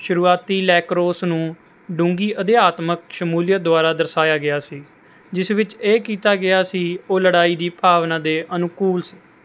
ਸ਼ੁਰੂਆਤੀ ਲੈਕਰੋਸ ਨੂੰ ਡੂੰਘੀ ਅਧਿਆਤਮਕ ਸ਼ਮੂਲੀਅਤ ਦੁਆਰਾ ਦਰਸਾਇਆ ਗਿਆ ਸੀ ਜਿਸ ਵਿੱਚ ਇਹ ਕੀਤਾ ਗਿਆ ਸੀ ਉਹ ਲੜਾਈ ਦੀ ਭਾਵਨਾ ਦੇ ਅਨੁਕੂਲ ਸੀ